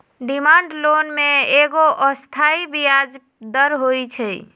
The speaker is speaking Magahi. डिमांड लोन में एगो अस्थाई ब्याज दर होइ छइ